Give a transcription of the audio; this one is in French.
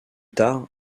tard